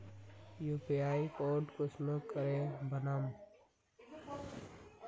UPI code कुंसम करे बनाम?